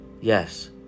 yes